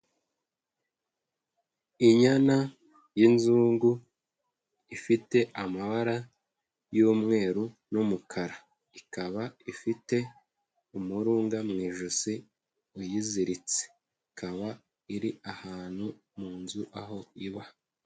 Inyana y'inzungu, ifite amabara y'umweru n'umukara. Ikaba ifite umurunga mu ijosi uyiziritse, ikaba iri ahantu mu nzu aho iba.